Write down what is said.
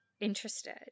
interested